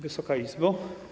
Wysoka Izbo!